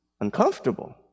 uncomfortable